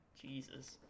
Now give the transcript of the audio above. jesus